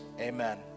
Amen